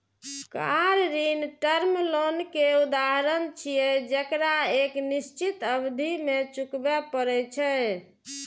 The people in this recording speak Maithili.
कार ऋण टर्म लोन के उदाहरण छियै, जेकरा एक निश्चित अवधि मे चुकबै पड़ै छै